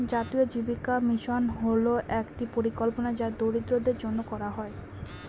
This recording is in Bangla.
জাতীয় জীবিকা মিশন হল একটি পরিকল্পনা যা দরিদ্রদের জন্য করা হয়